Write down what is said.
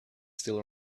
still